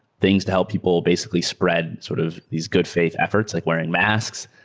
things to help people basically spread sort of these good faith efforts like wearing masks,